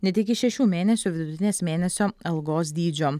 net iki šešių mėnesių vidutinės mėnesio algos dydžio